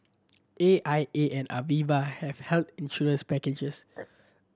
A I A and Aviva have health insurance packages